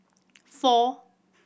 four